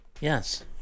Yes